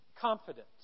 Confidence